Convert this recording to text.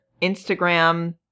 Instagram